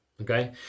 okay